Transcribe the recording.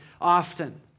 often